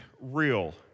real